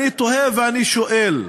אני תוהה ואני שואל: